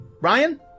Ryan